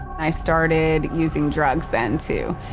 i started using drugs then too.